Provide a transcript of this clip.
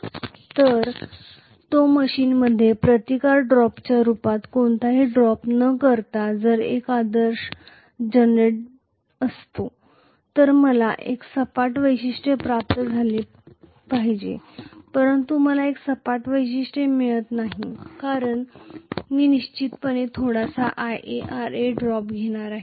जर तो मशीनमध्ये प्रतिकार ड्रॉपच्या रूपात कोणताही ड्रॉप न करता जर एक आदर्श जनरेटर असतो तर मला एक सपाट वैशिष्ट्य प्राप्त झाले पाहिजे परंतु मला एक सपाट वैशिष्ट्य मिळत नाही कारण मी निश्चितपणे थोडासा IaRa ड्रॉप घेणार आहे